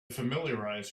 familiarize